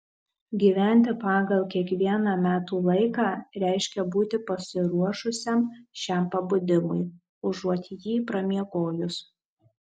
gyventi pagal kiekvieną metų laiką reiškia būti pasiruošusiam šiam pabudimui užuot jį pramiegojus